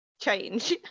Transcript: change